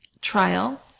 trial